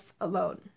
alone